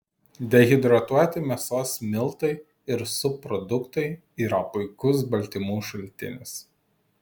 dehidratuoti mėsos miltai ir subproduktai yra puikus baltymų šaltinis